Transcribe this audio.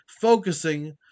focusing